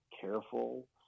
careful